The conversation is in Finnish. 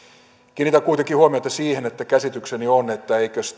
kiinnitän kuitenkin huomiota siihen että käsitykseni on että eivätkös